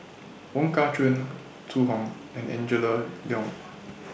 Wong Kah Chun Zhu Hong and Angela Liong